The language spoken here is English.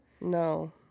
no